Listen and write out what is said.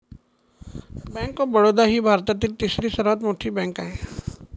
bank of Baroda ही भारतातील तिसरी सर्वात मोठी बँक आहे